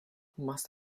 must